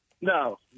No